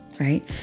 right